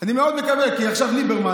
אני מאוד מקווה, כי עכשיו ליברמן,